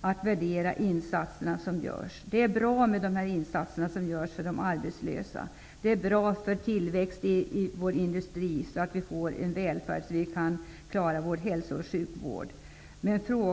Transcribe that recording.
att värdera de insatser som görs. De insatser som görs för de arbetslösa är bra. Det är bra att få en tillväxt i industrin så att vi kan säkra välfärden och få en bra hälso och sjukvård.